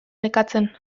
nekatzen